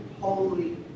holy